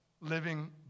living